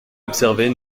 observer